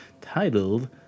titled